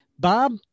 Bob